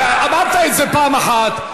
הרי אמרת את זה פעם אחת,